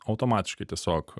automatiškai tiesiog